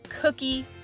cookie